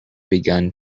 began